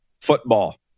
football